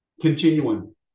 Continuing